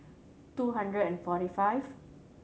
two hundred and forty five